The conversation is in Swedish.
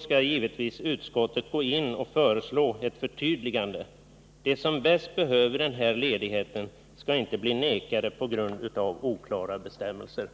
skall givetvis utskottet gå in och föreslå ett förtydligande. De som bäst behöver den här ledigheten skall inte bli nekade på grund av oklara bestämmelser.